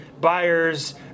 buyers